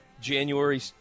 january